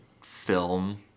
film